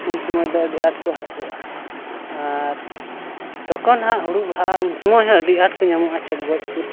ᱩᱱ ᱥᱚᱢᱚ ᱟᱹᱰᱤ ᱟᱸᱴ ᱠᱚ ᱦᱟᱹᱠᱩᱜᱼᱟ ᱟᱨ ᱛᱚᱠᱷᱚᱱ ᱦᱟᱜ ᱦᱳᱲᱳ ᱵᱟᱦᱟᱜᱼᱟ ᱩᱱ ᱥᱚᱢᱚᱭ ᱦᱚᱸ ᱟᱹᱰᱤ ᱟᱸᱴ ᱠᱚ ᱧᱟᱢᱚᱜᱼᱟ ᱪᱚᱰᱜᱚᱡᱽ ᱠᱚ